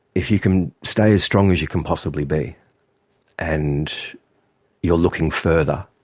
if you can stay as strong as you can possibly be and you are looking further,